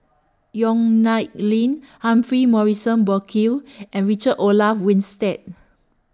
Yong Nyuk Lin Humphrey Morrison Burkill and Richard Olaf Winstedt